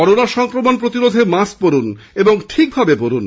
corona সংক্রমণ প্রতিরোধে mask পরুন ও ঠিক ভাবে পরুন